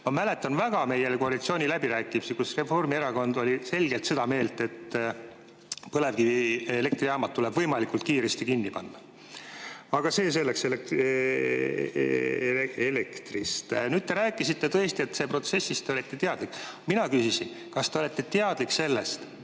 Ma mäletan väga hästi meie koalitsiooniläbirääkimisi, kus Reformierakond oli selgelt seda meelt, et põlevkivielektrijaamad tuleb võimalikult kiiresti kinni panna. Aga see selleks. Nüüd te rääkisite tõesti, et protsessist te olite teadlik. Mina küsisin, kas te olete teadlik sellest,